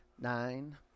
nine